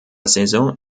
saison